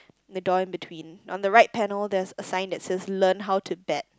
the door in between on the right panel there's a sign that says learn how to bet